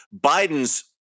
Biden's